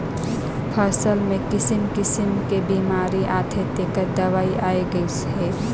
फसल मे किसिम किसिम के बेमारी आथे तेखर दवई आये गईस हे